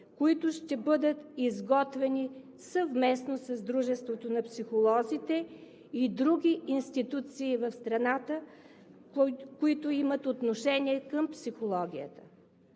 които ще бъдат изготвени съвместно с Дружеството на психолозите и други институции в страната, имащи отношение към психологията.